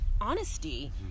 honesty